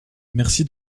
merci